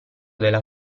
della